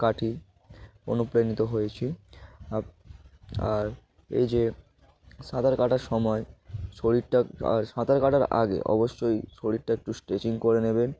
কাটি অনুপ্রাণিত হয়েছি আর এই যে সাঁতার কাটার সময় শরীরটা আর সাঁতার কাটার আগে অবশ্যই শরীরটা একটু স্ট্রেচিং করে নেবেন